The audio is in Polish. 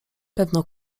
pewno